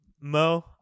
Mo